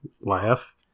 laugh